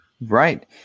right